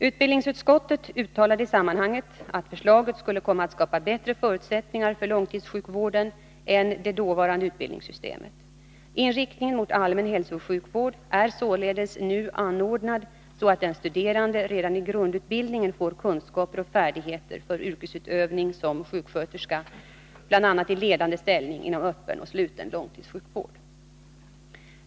Utbildningsutskottet uttalade i sammanhanget att förslaget skulle komma att skapa bättre förutsättningar för långtidssjukvården än det dåvarande utbildningssystemet. Inriktningen mot allmän hälsooch sjukvård är således nu sådan att den studerande redan i grundutbildningen får kunskaper och färdigheter för yrkesutövning som sjuksköterska bl.a. i ledande ställning inom öppen och sluten långtidssjukvård.